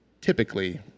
typically